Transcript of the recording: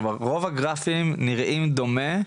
כלומר רוב הגרפים נראים דומה.